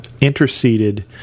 interceded